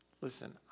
Listen